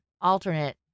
alternate